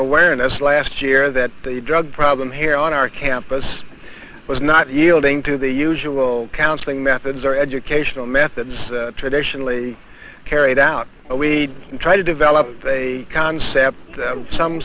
awareness last year that the drug problem here on our campus was not yielding to the usual counseling methods or educational methods traditionally carried out we try to develop a concept some